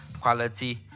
quality